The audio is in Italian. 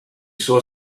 suo